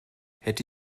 hätte